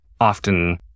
often